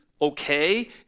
okay